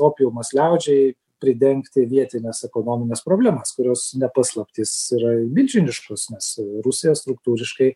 opiumas liaudžiai pridengti vietines ekonomines problemas kurios ne paslaptis yra milžiniškos nes rusija struktūriškai